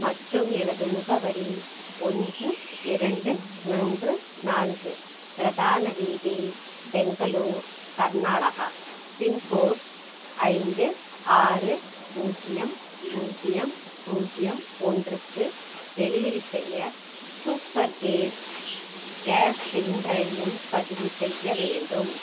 மற்றும் எனது முகவரி ஒன்று இரண்டு மூன்று நான்கு பிரதான வீதி பெங்களூர் கர்நாடகா பின்கோட் ஐந்து ஆறு பூஜ்ஜியம் பூஜ்ஜியம் பூஜ்ஜியம் ஒன்றுக்கு டெலிவரி செய்ய சூப்பர் கேஸ் கேஸ் சிலிண்டரை முன்பதிவு செய்ய வேண்டும்